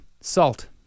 Salt